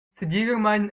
segiramein